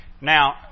Now